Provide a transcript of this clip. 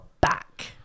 back